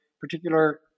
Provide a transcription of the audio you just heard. particular